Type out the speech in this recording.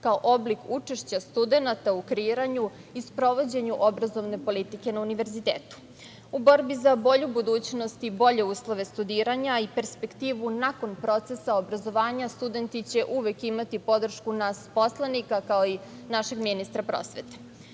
kao oblik učešća studenata u kreiranju i sprovođenju obrazovne politike na univerzitetu.U borbi za bolju budućnost i bolje uslove studiranja i perspektivu nakon procesa obrazovanja, studenti će uvek imati podršku nas poslanika, kao i našeg ministra prosveta. Temelj